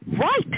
Right